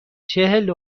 چهل